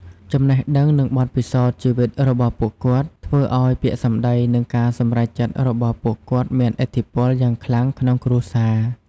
ចំណេះដឹង និងបទពិសោធន៍ជីវិតរបស់ពួកគាត់ ធ្វើឱ្យពាក្យសម្ដី និងការសម្រេចចិត្តរបស់ពួកគាត់មានឥទ្ធិពលយ៉ាងខ្លាំងក្នុងគ្រួសារ។